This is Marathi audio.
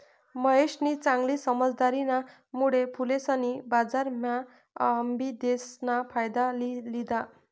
महेशनी चांगली समझदारीना मुळे फुलेसनी बजारम्हा आबिदेस ना फायदा लि लिदा